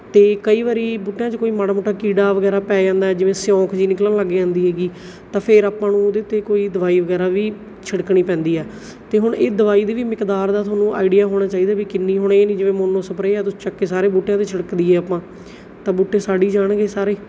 ਅਤੇ ਕਈ ਵਾਰੀ ਬੂਟਿਆਂ 'ਚ ਕੋਈ ਮਾੜਾ ਮੋਟਾ ਕੀੜਾ ਵਗੈਰਾ ਪੈ ਜਾਂਦਾ ਜਿਵੇਂ ਸਿਉਂਕ ਜਿਹੀ ਨਿਕਲਣ ਲੱਗ ਜਾਂਦੀ ਹੈਗੀ ਤਾਂ ਫੇਰ ਆਪਾਂ ਨੂੰ ਉਹਦੇ 'ਤੇ ਕੋਈ ਦਵਾਈ ਵਗੈਰਾ ਵੀ ਛਿੜਕਣੀ ਪੈਂਦੀ ਹੈ ਅਤੇ ਹੁਣ ਇਹ ਦਵਾਈ ਦੀ ਵੀ ਮਿਕਦਾਰ ਦਾ ਤੁਹਾਨੂੰ ਆਈਡੀਆ ਹੋਣਾ ਚਾਹੀਦਾ ਵੀ ਕਿੰਨੀ ਹੁਣ ਇਹ ਨਹੀਂ ਜਿਵੇਂ ਮੋਨੋ ਸਪਰੇਅ ਆ ਤੁਸੀਂ ਚੱਕ ਕੇ ਸਾਰੇ ਬੂਟਿਆਂ 'ਤੇ ਛਿੜਕ ਦਈਏ ਆਪਾਂ ਤਾਂ ਬੂਟੇ ਸੜ ਹੀ ਜਾਣਗੇ ਸਾਰੇ